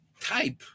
type